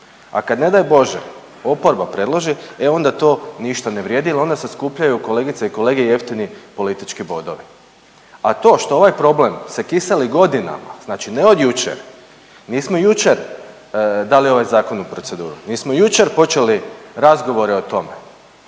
a kad ne daj Bože oporba predloži e onda to ništa ne vrijedi jer onda se skupljaju kolegice i kolege jeftini politički bodovi. A to što ovaj problem se kiseli godinama, znači ne od jučer, nismo jučer dali ovaj zakon u proceduru, nismo jučer počeli razgovore o tome,